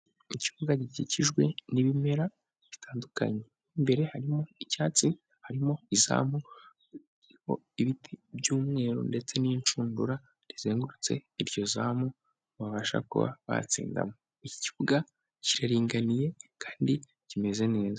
Ikibuga gikikijwe n'ibimera bitandukanye imbere harimo icyatsi harimo izamu ibiti by'umweru ndetse n'inshundura rizengurutse iryo zamu babasha kuba batsindamo, iki kibuga kiraringaniye kandi kimeze neza.